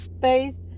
Faith